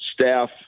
staff